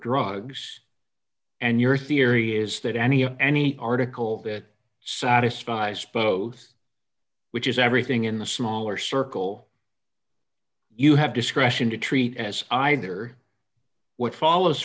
drugs and your theory is that any any particle that satisfies both which is everything in the smaller circle you have discretion to treat as either what follows